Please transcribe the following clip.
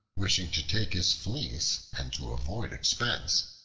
wishing to take his fleece and to avoid expense,